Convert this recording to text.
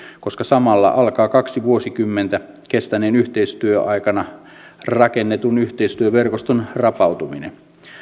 koska samalla alkaa kaksi vuosikymmentä kestäneen yhteistyön aikana rakennetun yhteistyöverkoston rapautuminen